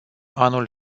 anul